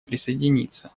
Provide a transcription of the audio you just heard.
присоединиться